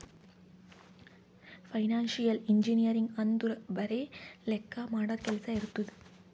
financial engineering ಅಂದುರ್ ಬರೆ ಲೆಕ್ಕಾ ಮಾಡದು ಕೆಲ್ಸಾ ಇರ್ತುದ್